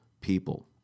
people